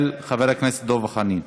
חבר הכנסת דב חנין.